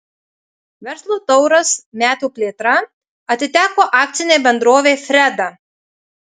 verslo tauras metų plėtra atiteko akcinei bendrovei freda